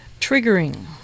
triggering